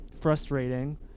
frustrating